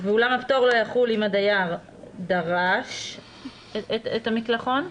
ואולם הפטור לא יחול אם הדייר דרש את המקלחון.